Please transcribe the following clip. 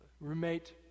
roommate